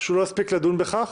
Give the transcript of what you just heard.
שהוא לא הספיק לדון בכך.